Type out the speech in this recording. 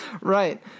Right